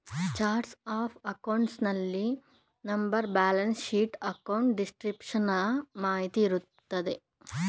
chart of accounts ನಲ್ಲಿ number, balance sheet, account description ನ ಮಾಹಿತಿ ಇರುತ್ತದೆ